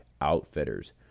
outfitters